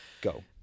Go